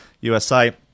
USA